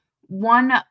One